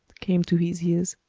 came to his ears.